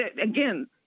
again